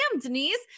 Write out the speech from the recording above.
Denise